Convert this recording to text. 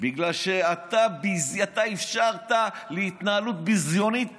כי אתה אפשרת את ההתנהלות הביזיונית פה.